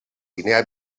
guinea